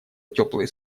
теплые